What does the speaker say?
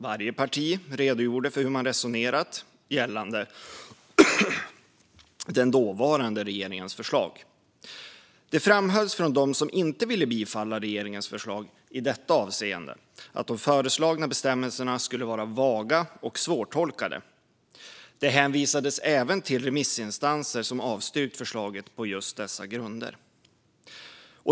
Varje parti redogjorde för hur man resonerat gällande den dåvarande regeringens förslag. Det framhölls från dem som inte ville bifalla regeringens förslag i detta avseende att de föreslagna bestämmelserna skulle vara vaga och svårtolkade. Det hänvisades även till remissinstanser som avstyrkt förslaget på just dessa grunder.